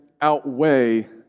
outweigh